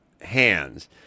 hands